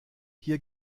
hier